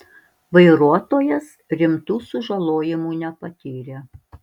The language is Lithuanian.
vairuotojas rimtų sužalojimų nepatyrė